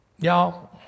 Y'all